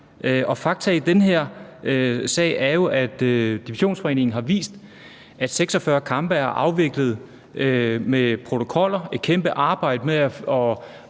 fakta i den her sag er jo, at Divisionsforeningen har vist, at 46 kampe er afviklet med protokoller – et kæmpe arbejde med at,